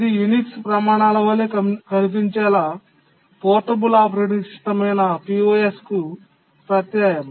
ఇది యునిక్స్ ప్రమాణాల వలె కనిపించేలా పోర్టబుల్ ఆపరేటింగ్ సిస్టమ్ అయిన POS కు ప్రత్యయం